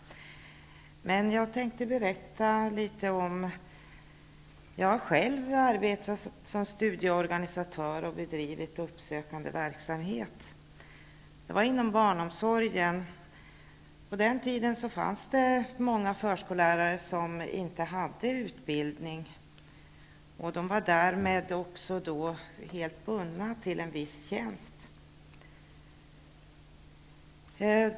Jag tänkte berätta litet om att jag själv har arbetat som studieorganisatör och bedrivit uppsökande verksamhet. Det var inom barnomsorgen. På den tiden fanns det många förskollärare som inte hade utbildning. Därmed var de helt bundna till en viss tjänst.